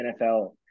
NFL